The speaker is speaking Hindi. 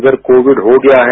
अगर कोविड हो गया है